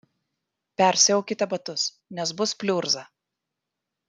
persiaukite batus nes bus pliurza